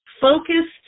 focused